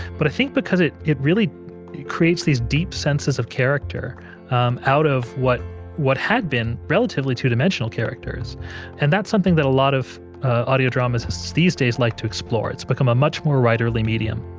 but i think because it it really creates these deep senses of character um out of what what had been relatively two-dimensional characters and that's something that a lot of audio dramas these days like to explore. it's become a much more writerly medium